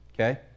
Okay